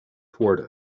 towards